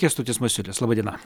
kęstutis masiulis laba diena